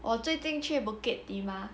我最近去 bukit timah